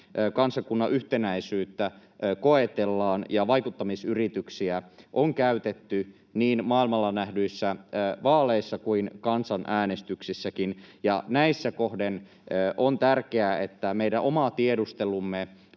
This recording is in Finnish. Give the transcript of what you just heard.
kansakunnan yhtenäisyyttä koetellaan. Vaikuttamisyrityksiä on käytetty niin maailmalla nähdyissä vaaleissa kuin kansanäänestyksissäkin, ja näissä kohden on tärkeää, että meidän oma tiedustelumme